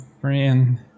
friend